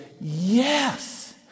yes